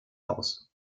haus